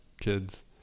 kids